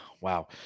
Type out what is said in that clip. Wow